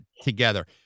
together